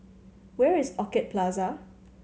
where is Orchid Plaza